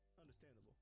Understandable